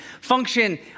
function